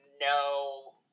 no